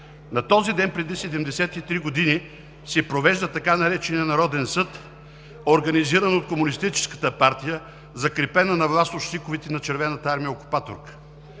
На този ден преди 73 години се провежда така наречения „Народен съд“, организиран от комунистическата партия, закрепена на власт от щиковете на Червената армия – окупаторка.